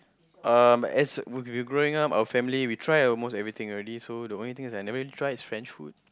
um as we we growing up our family we try almost everything already so the only thing that I never even try is French food